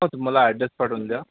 हो तुम्ही मला ॲड्रेस पाठवून द्या